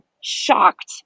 shocked